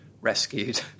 rescued